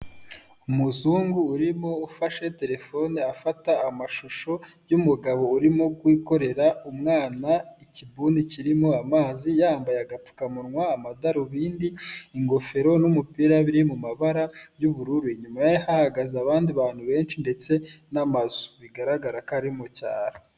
Umuzungu urimo ufashe telefone afata amashusho y'umugabo urimo gukorera umwana ikibuni kirimo amazi yambaye agapfukamunwa, amadarubindi, ingofero, n'umupira, biri mu mabara y'ubururu, inyuma ye hahagaze abandi bantu benshi ndetse n'amazu bigaragara ko ari mu cyaro.